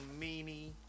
meanie